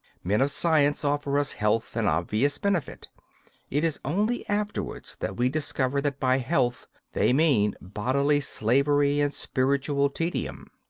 men of science offer us health, an obvious benefit it is only afterwards that we discover that by health, they mean bodily slavery and spiritual tedium.